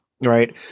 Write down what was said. Right